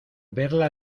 verla